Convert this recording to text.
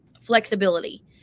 flexibility